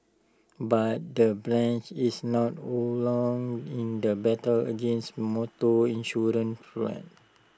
but the branch is not alone in the battle against motor insurance fraud